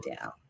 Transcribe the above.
down